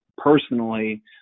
personally